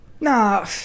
Nah